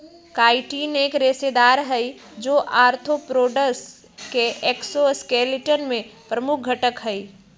chitin एक रेशेदार हई, जो आर्थ्रोपोड्स के एक्सोस्केलेटन में प्रमुख घटक हई